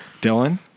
Dylan